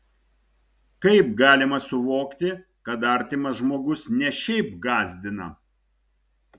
kaip galima suvokti kad artimas žmogus ne šiaip gąsdina